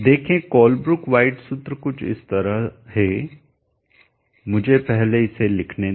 देखें Colebrook White सूत्र कुछ इस तरह है मुझे पहले इसे लिखने दें